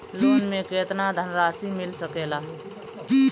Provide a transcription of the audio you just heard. Loan मे केतना धनराशी मिल सकेला?